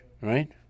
right